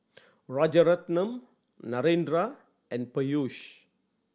Rajaratnam Narendra and Peyush